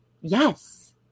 Yes